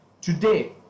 today